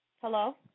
Hello